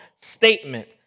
statement